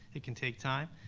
it can take time.